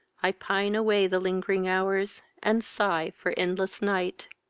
i pine away the ling'ring hours, and sigh for endless night.